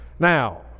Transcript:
Now